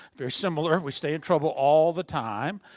very similar. we stay in trouble all the time.